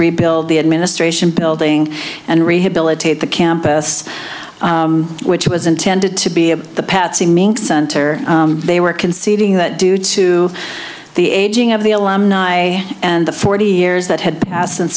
rebuild the administration building and rehabilitate the campus which was intended to be a patsy mink center they were conceding that due to the aging of the alumni and the forty years that had passed since